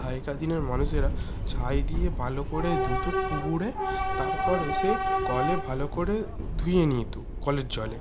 আগেকার দিনের মানুষেরা ছাই দিয়ে ভালো করে ধুতো পুকুরে তারপর এসে কলে ভালো করে ধুয়ে নিত কলের জলে